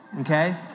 okay